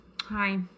Hi